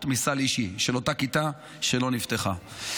מסל אישי של אותה כיתה שלא נפתחה.